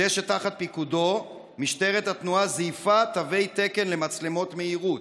זה שתחת פיקודו משטרת התנועה זייפה תווי תקן למצלמות מהירות.